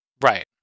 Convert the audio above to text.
Right